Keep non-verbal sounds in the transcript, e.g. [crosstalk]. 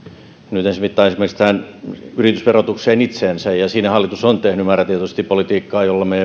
nyt viittaan esimerkiksi tähän yritysverotukseen itseensä ja siinä hallitus on tehnyt määrätietoisesti politiikkaa jolla me [unintelligible]